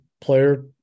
player